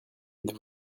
êtes